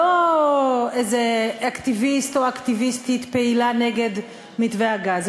לא איזה אקטיביסט או אקטיביסטית פעילה נגד מתווה הגז,